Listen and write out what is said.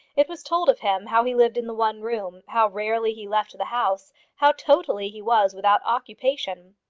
it was told of him how he lived in the one room, how rarely he left the house, how totally he was without occupation.